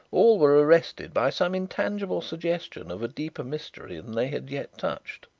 all were arrested by some intangible suggestion of a deeper mystery than they had yet touched.